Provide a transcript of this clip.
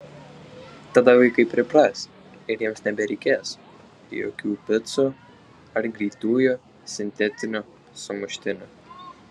tada vaikai pripras ir jiems nebereikės jokių picų ar greitųjų sintetinių sumuštinių